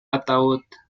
ataúd